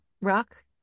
rock